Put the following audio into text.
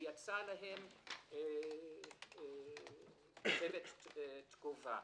ויצא אליהם צוות תגובה.